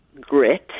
grit